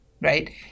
Right